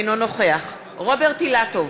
אינו נוכח רוברט אילטוב,